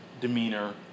Demeanor